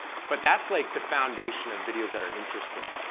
but that's like the foundation of videos that are interesting.